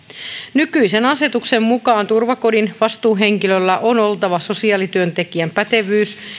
nykyisen asetuksen mukaan turvakodin vastuuhenkilöllä on oltava sosiaalityöntekijän pätevyys